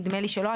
נדמה לי שלא,